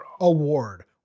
Award